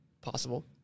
Possible